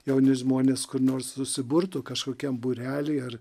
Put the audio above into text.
jauni žmonės kur nors susiburtų kažkokiam būrelį ar